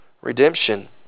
redemption